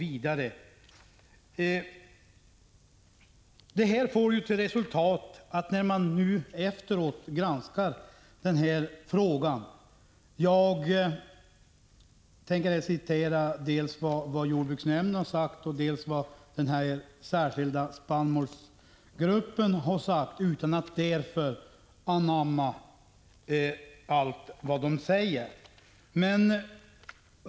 Jag tänker här citera dels vad jordbruksnämnden har sagt, dels vad den särskilda spannmålsgruppen har sagt — utan att anamma allt vad de säger.